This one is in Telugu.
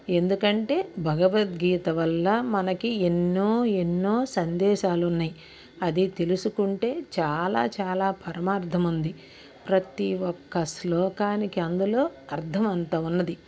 ఎందుకంటే భగవద్గీత వల్ల మనకి ఎన్నో ఎన్నో సందేశాలున్నాయి అది తెలుసుకుంటే చాలా చాలా పరమార్ధముంది ప్రతీ ఒక్క శ్లోకానికి అందులో అర్థం అంత ఉన్నది